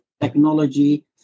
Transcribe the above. technology